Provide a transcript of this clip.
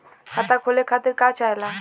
खाता खोले खातीर का चाहे ला?